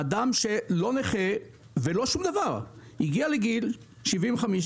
אדם שהוא לא נכה ולא שום דבר, הגיע לגיל 75,